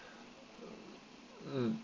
mm